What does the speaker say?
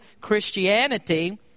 Christianity